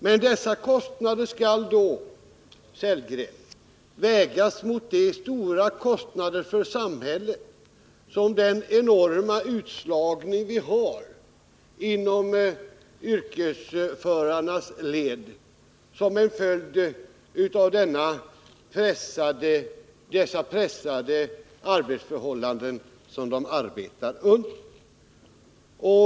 Men dessa ökade kostnader skall, Rolf Sellgren, vägas mot de stora kostnader som uppstår för samhället genom den enorma utslagningen inom yrkesförarnas led till följd av de pressade arbetsförhållanden som de arbetar under.